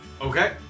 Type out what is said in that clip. Okay